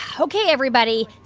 ah ok, everybody,